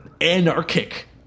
anarchic